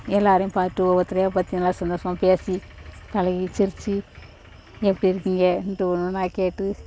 எல்லோரையும் பார்த்துட்டு ஒவ்வொருத்தரையு பார்த்து நல்லா சந்தோஷமா பேசி பழகி சிரித்து எப்படி இருக்கீங்க அப்படின்ட்டு ஒன்று ஒன்றா கேட்டு